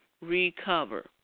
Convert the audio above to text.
recover